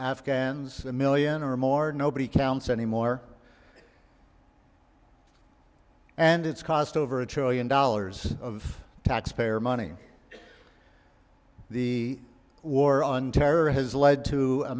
afghans a million or more nobody counts anymore and it's cost over a trillion dollars of taxpayer money the war on terror has led to a